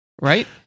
right